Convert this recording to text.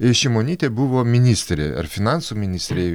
šimonytė buvo ministrė ar finansų ministerė